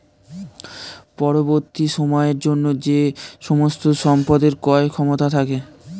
পরবর্তী সময়ের জন্য যে সমস্ত সম্পদের ক্রয় ক্ষমতা থাকে